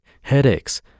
headaches